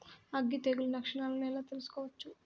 అగ్గి తెగులు లక్షణాలను ఎలా తెలుసుకోవచ్చు?